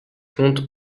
compte